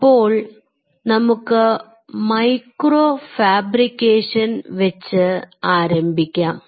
അപ്പോൾ നമുക്ക് micro fabrication വെച്ച് ആരംഭിക്കാം